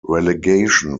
relegation